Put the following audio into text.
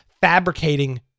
fabricating